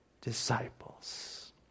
disciples